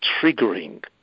triggering